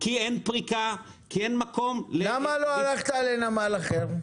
כי אין פריקה --- למה לא הלכתם לנמל אחר?